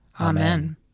Amen